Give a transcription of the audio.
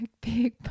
Big